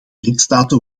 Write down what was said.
lidstaten